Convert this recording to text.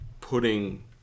putting